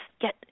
get